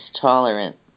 tolerant